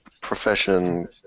profession